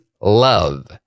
love